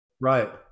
Right